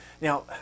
now